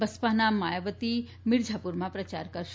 બસપાના માયાવતી મીરઝાપુરમાં પ્રચાર કરશે